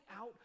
out